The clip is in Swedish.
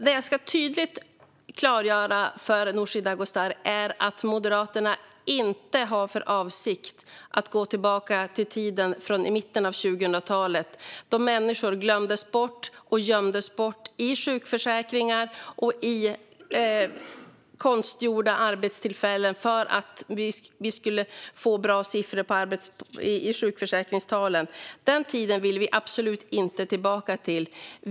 Det jag tydligt ska klargöra för Nooshi Dadgostar är att Moderaterna inte har för avsikt att gå tillbaka till tiden i mitten av 00-talet, då människor gömdes och glömdes bort i sjukförsäkringar och i konstgjorda arbetstillfällen för att vi skulle få bra siffror för sjukförsäkringen. Den tiden vill vi absolut inte tillbaka till.